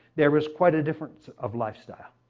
there was quite a difference of lifestyle.